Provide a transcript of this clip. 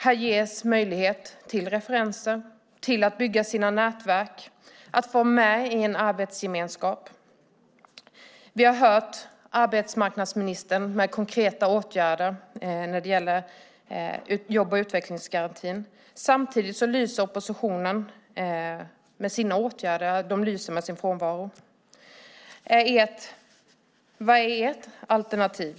Här ges möjlighet till referenser, till att bygga sina nätverk och till att vara med i en arbetsgemenskap. Vi har hört arbetsmarknadsministern med konkreta åtgärder när det gäller jobb och utvecklingsgarantin. Samtidigt lyser åtgärderna från oppositionen med sin frånvaro. Vad är ert alternativ?